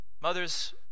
Mothers